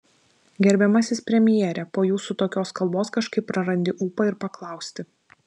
gerbiamasis premjere po jūsų tokios kalbos kažkaip prarandi ūpą ir paklausti